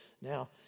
now